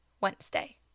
Wednesday